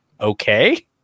okay